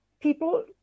people